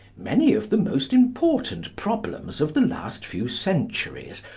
many of the most important problems of the last few centuries,